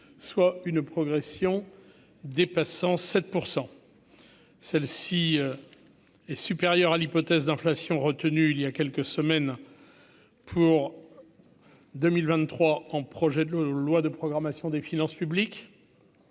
soit une progression dépassant 7 % celle-ci est supérieure à l'hypothèse d'inflation retenues, il y a quelques semaines pour 2023 en projet de loi de programmation des finances publiques